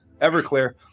Everclear